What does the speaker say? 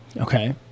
okay